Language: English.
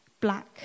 black